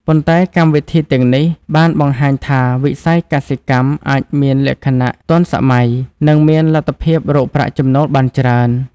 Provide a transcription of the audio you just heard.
ប៉ុន្តែកម្មវិធីទាំងនេះបានបង្ហាញថាវិស័យកសិកម្មអាចមានលក្ខណៈទាន់សម័យ និងមានលទ្ធភាពរកប្រាក់ចំណូលបានច្រើន។